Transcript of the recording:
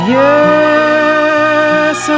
yes